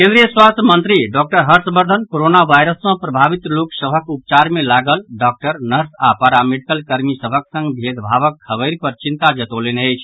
केन्द्रीय स्वास्थ्य मंत्री डॉक्टर हर्षवर्द्वन कोरोना वायरस सँ प्रभावित लोक सभक उपचार मे लागल डॉक्टर नर्स आओर पारामेडिकल कर्मी सभक संग भेदभावक खबरि पर चिंता जतौलनि अछि